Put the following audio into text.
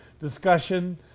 discussion